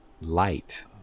light